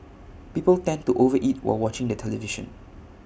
people tend to over eat while watching the television